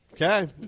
Okay